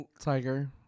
tiger